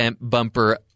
bumper